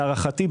להערכתי,